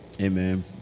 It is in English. Amen